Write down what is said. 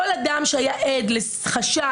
כל אדם שהיה עד לחשד,